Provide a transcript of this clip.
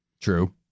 True